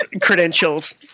credentials